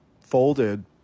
folded